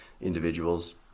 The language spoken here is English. individuals